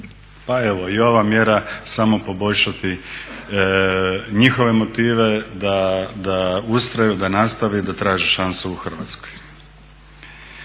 pa evo i ova mjera samo poboljšati njihove motive da ustraju, da nastave i da traže šansu u Hrvatskoj.